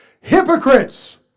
hypocrites